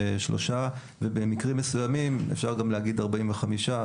ובמקרים מסוימים אפשר גם להגיד 45%,